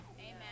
Amen